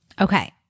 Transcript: Okay